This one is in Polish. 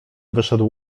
wyszedł